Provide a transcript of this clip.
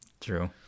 true